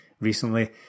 recently